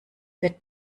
wird